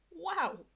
wow